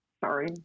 sorry